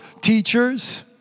teachers